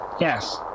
Yes